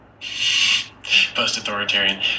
post-authoritarian